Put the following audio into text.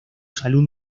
salud